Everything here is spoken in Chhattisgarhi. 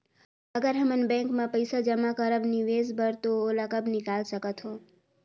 अगर हमन बैंक म पइसा जमा करब निवेश बर तो ओला कब निकाल सकत हो?